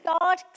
God